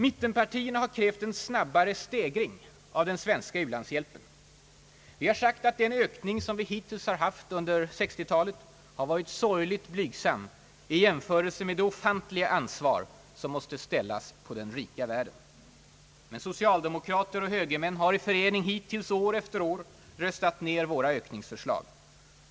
Mittenpartierna har krävt en snabbare stegring av den svenska u-landshjälpen. Vi har sagt att den ökning vi hittills haft under 1960-talet har varit sorgligt blygsam i jämförelse med det ofantliga ansvar som måste ställas på den rika världen. — Men socialdemokrater och högermän i förening har hittills, år efter år, röstat ner våra ökningsförslag.